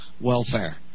welfare